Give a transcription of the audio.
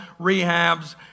rehabs